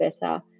better